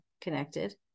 connected